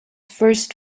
first